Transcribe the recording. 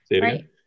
right